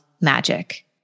magic